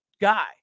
guy